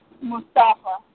Mustafa